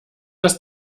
das